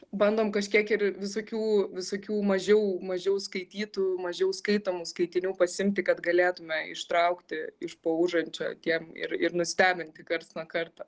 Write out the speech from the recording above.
bandom kažkiek ir visokių visokių mažiau mažiau skaitytų mažiau skaitomų skaitinių pasiimti kad galėtume ištraukti iš po užančio tiem ir ir nustebinti karts nuo karto